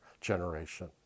generation